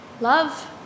Love